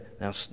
now